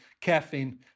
caffeine